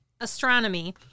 astronomy